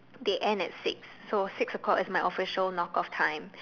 they end at six so six o-clock is my official knock off time